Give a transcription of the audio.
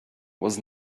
was